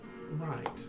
Right